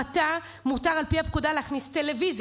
בתא מותר על פי הפקודה להכניס טלוויזיה,